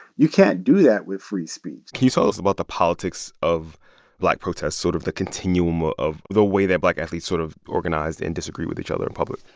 you can't do that with free speech can you tell us about the politics of black protest, sort of the continuum ah of the way that black athletes sort of organize and disagree with each other in public?